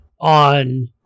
on